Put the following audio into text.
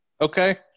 Okay